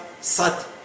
sat